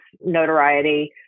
notoriety